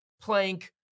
plank